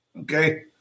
Okay